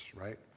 right